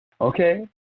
okay